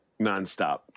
nonstop